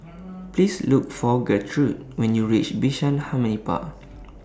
Please Look For Gertrude when YOU REACH Bishan Harmony Park